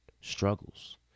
struggles